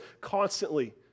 constantly